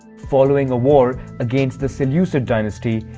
following a war against the seleucid dynasty,